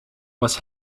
was